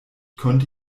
konnte